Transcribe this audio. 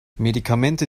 medikamente